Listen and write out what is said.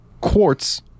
Quartz